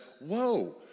whoa